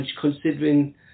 considering